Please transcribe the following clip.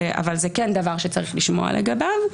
אבל זה כן דבר שצריך לשמוע לגביו.